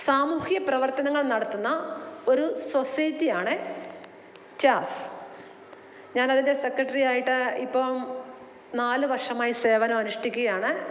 സാമൂഹ്യ പ്രവർത്തനങ്ങൾ നടത്തുന്ന ഒരു സൊസൈറ്റിയാണ് ചാസ്സ് ഞാനതിൻ്റെ സെക്രട്ടറിയായിട്ട് ഇപ്പം നാല് വർഷമായി സേവനമനുഷ്ഠിക്കുകയാണ്